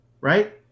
right